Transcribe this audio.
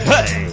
Hey